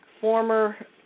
former